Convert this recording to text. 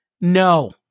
no